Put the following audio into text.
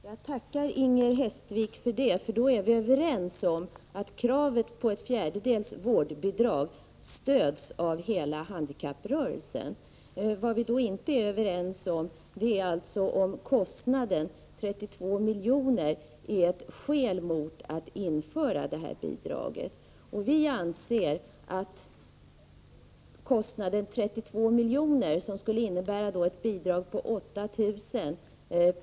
Herr talman! Jag tackar Inger Hestvik för detta uttalande. Då är vi överens Torsdagen den om att kravet på ett fjärdedels vårdbidrag stöds av hela handikapprörelsen. 11 april 1985 Vad vi inte är överens om är huruvida kostnaden 32 milj.kr. är ett skäl mot att införa bidraget. Vi anser att kostnaden 32 milj.kr. som skulle innebära ett - A Socialförsäkbidrag på 8 000 kr.